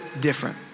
different